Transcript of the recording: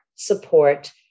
support